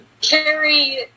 Carrie